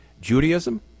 Judaism